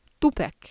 Tupek